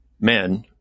men